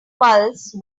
pulse